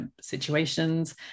situations